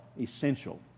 essential